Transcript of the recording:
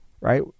right